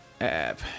app